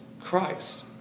Christ